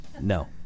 no